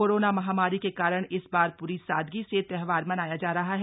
corona महामारी के कारण इस बार पूरी सादगी से त्योहार मनाया जा रहा है